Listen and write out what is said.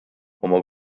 oma